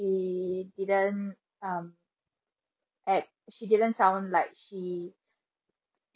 she didn't um act she didn't sound like she